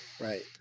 right